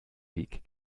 weg